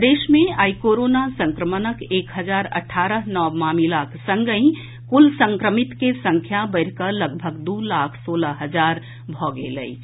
प्रदेश मे आई कोरोना संक्रमणक एक हजार अठारह नव मामिलाक संगहि कुल संक्रमित के संख्या बढ़िकऽ लगभग दू लाख सोलह हजार भऽ गेल अछि